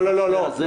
לא.